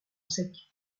sec